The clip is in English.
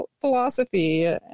philosophy